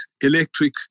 electric